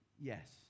Yes